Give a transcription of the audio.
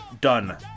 done